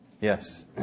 Yes